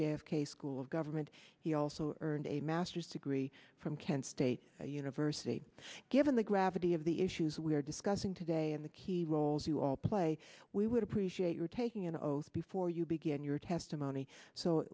k school of government he also earned a master's degree from kent state university given the gravity of the issues we're discussing today and the key roles you all play we would appreciate your taking an oath before you begin your testimony so